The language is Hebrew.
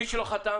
מי שלא חתם